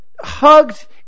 hugs